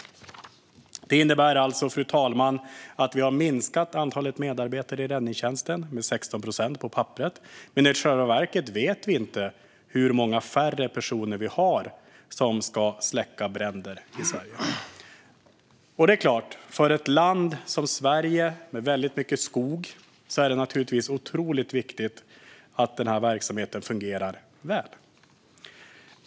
Detta innebär alltså att vi har minskat antalet medarbetare i räddningstjänsten med 16 procent på papperet, men i själva verket vet vi inte hur många färre personer vi har som ska släcka bränder i Sverige. För ett land som Sverige med väldigt mycket skog är det naturligtvis otroligt viktigt att den här verksamheten fungerar väl.